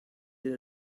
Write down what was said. did